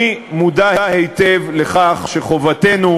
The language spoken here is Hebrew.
אני מודע היטב לכך שחובתנו,